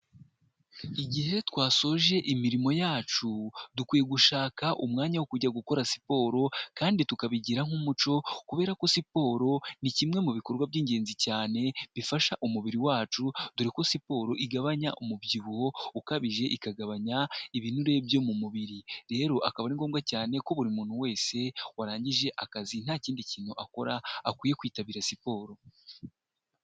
Igihe twasoje imirimo yacu dukwiye gushaka umwanya wo kujya gukora siporo kandi tukabigira nk'umuco kubera ko siporo ni kimwe mu bikorwa by'ingenzi cyane bifasha umubiri wacu dore ko siporo igabanya umubyibuho ukabije, ikagabanya ibinure byo mu mubiri, rero akaba ari ngombwa cyane ko buri muntu wese warangije akazi nta kindi kintu akora akwiye kwitabira siporo.